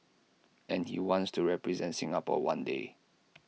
and he wants to represent Singapore one day